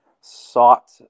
Sought